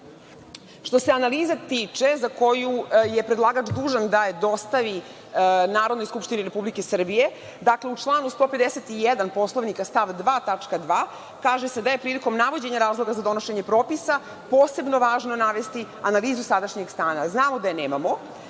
se analiza tiče, koju je predlagač dužan da dostavi Narodnoj skupštini Republike Srbije, u članu 151. Poslovnika stav 2. tačka 2) kaže se da je prilikom navođenja razloga za donošenje propisa posebno važno navesti analizu sadašnjeg stanja. Znamo da je nemamo.